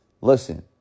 Listen